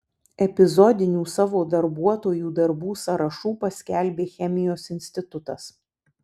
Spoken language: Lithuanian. epizodinių savo darbuotojų darbų sąrašų paskelbė chemijos institutas